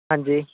ਹਾਂਜੀ